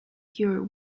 cure